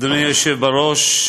אדוני היושב בראש,